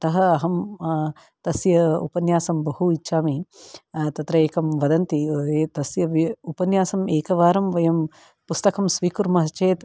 अतः अहं तस्य उपन्यासं बहु इच्छामि तत्र एकं वदन्ति तस्य उपन्यासम् एकवारं वयं पुस्तकं स्वीकुर्मः चेत्